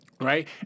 right